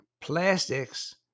plastics